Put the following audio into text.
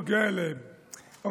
ולכן זה לא נוגע אליהם,